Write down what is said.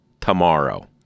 tomorrow